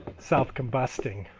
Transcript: self combusting.